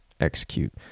execute